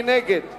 מי נגד?